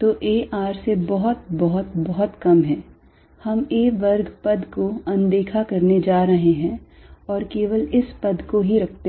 तो a r से बहुत बहुत बहुत कम है हम a वर्ग पद को अनदेखा करने जा रहे हैं और केवल इस पद को ही रखते हैं